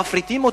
מפריטים אותו.